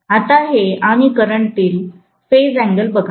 आता हे आणि करंट तील फेजअँगल बघा